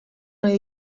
nahi